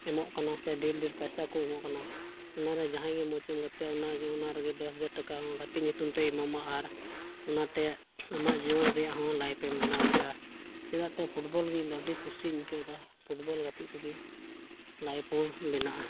ᱮᱢᱚᱜ ᱠᱟᱱᱟ ᱠᱚ ᱥᱮ ᱰᱷᱮᱨ ᱰᱷᱮᱨ ᱯᱚᱭᱥᱟ ᱠᱚ ᱮᱢᱚᱜ ᱠᱟᱱᱟ ᱚᱱᱟᱨᱮ ᱡᱟᱦᱟᱸᱭ ᱜᱮ ᱢᱚᱡᱽ ᱮᱢ ᱜᱟᱛᱮᱜᱼᱟ ᱚᱱᱟᱜᱮ ᱚᱱᱟ ᱨᱮᱜᱮ ᱫᱚᱥ ᱦᱟᱡᱟᱨ ᱴᱟᱠᱟ ᱦᱚᱸ ᱜᱟᱛᱤᱜ ᱧᱩᱛᱩᱢᱛᱮ ᱮᱢᱟᱢᱟ ᱟᱨ ᱚᱱᱟᱛᱮ ᱟᱢᱟᱜ ᱡᱤᱭᱚᱱ ᱨᱮᱱᱟᱜ ᱦᱚᱸ ᱞᱟᱭᱤᱯᱷ ᱮᱢ ᱵᱮᱱᱟᱣ ᱫᱟᱲᱮᱭᱟᱜᱼᱟ ᱪᱮᱫᱟᱜᱛᱮ ᱯᱷᱩᱴᱵᱚᱞ ᱜᱮ ᱤᱧᱫᱚ ᱟᱹᱰᱤ ᱠᱩᱥᱤᱧ ᱟᱹᱭᱠᱟᱹᱣᱫᱟ ᱯᱷᱩᱴᱵᱚᱞ ᱜᱟᱹᱛᱤᱜ ᱛᱮᱜᱮ ᱞᱟᱭᱤᱯᱷ ᱦᱚᱸ ᱵᱮᱱᱟᱜᱼᱟ